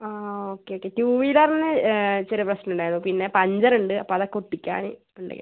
ആ ആ okay okay two വീലറിന് ചെറിയ പ്രശ്നമുണ്ടായിരുന്നു പിന്നെ പഞ്ചറുണ്ട് അപ്പോൾ അതൊക്കെ ഒട്ടിക്കാൻ കൊണ്ടുവരാം